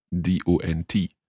D-O-N-T